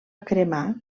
cremar